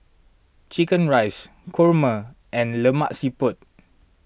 Chicken Rice Kurma and Lemak Siput